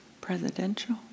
presidential